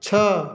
ଛଅ